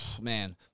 man